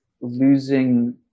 losing